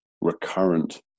recurrent